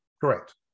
Correct